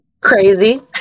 Crazy